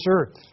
earth